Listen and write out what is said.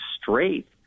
straight